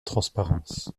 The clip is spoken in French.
transparence